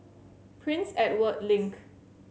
Prince Edward Link